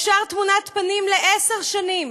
אפשר תמונת פנים לעשר שנים?